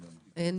אין.